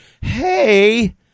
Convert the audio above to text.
Hey